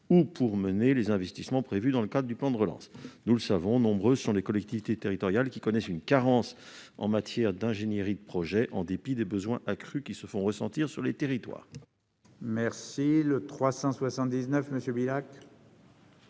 ou pour mener les investissements prévus dans le cadre du plan de relance. Nous le savons, nombreuses sont les collectivités territoriales qui connaissent une carence en ingénierie de projet, et ce en dépit des besoins accrus qui se font sentir sur les territoires. L'amendement n° I-520,